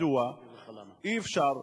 מדוע אי-אפשר,